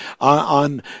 on